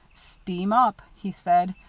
steam up, he said.